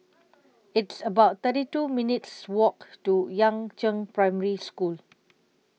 It's about thirty two minutes' Walk to Yangzheng Primary School